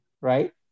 right